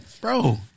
Bro